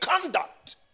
conduct